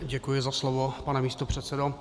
Děkuji za slovo, pane místopředsedo.